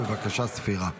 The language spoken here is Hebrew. בבקשה, ספירה.